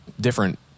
different